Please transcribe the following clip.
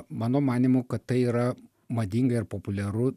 mano manymu kad tai yra madinga ir populiaru